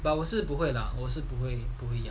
but 我是不会 lah 我是不会不会一样